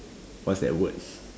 what's that word